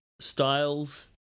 styles